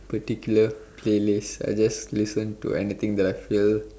particular playlist I just listen to anything that I feel